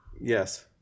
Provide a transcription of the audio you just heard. Yes